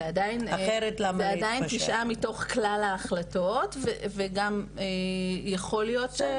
זה עדיין תשעה מתוך כלל ההחלטות וגם יכול להיות.